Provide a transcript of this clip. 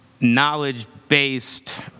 knowledge-based